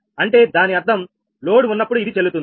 అంటే దాని అర్థం లోడ్ ఉన్నప్పుడు ఇది చెల్లుతుంది